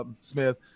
Smith